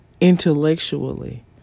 intellectually